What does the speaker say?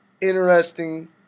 interesting